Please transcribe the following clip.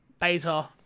beta